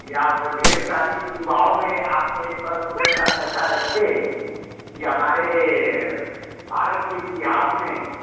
कि आप ढेर सारी युवाओं में आपने एक प्रश्न मेरे साथ ऐसे रखे की हमारे भारत के इतिहास में